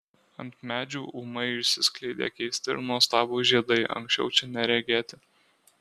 ant medžių ūmai išsiskleidė keisti ir nuostabūs žiedai anksčiau čia neregėti